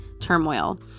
turmoil